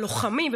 על לוחמים,